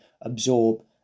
absorb